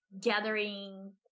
gathering